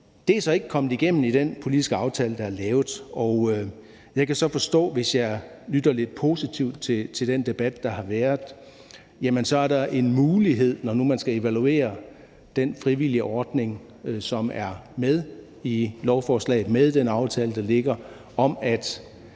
Det er så ikke kommet igennem i den politiske aftale, der er lavet. Jeg kan så forstå, hvis jeg lytter lidt positivt til den debat, der har været, at der så er en mulighed, når nu man skal evaluere den frivillige ordning, som er med i lovforslaget, med den aftale, der ligger, om, at